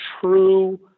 true